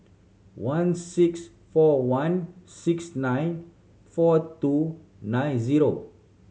one six four one six nine four two nine zero